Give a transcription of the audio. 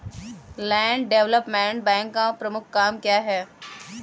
Land development bank का प्रमुख काम क्या है?